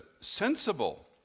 Sensible